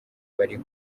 bari